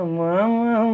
mama